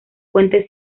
puente